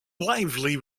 lively